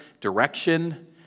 direction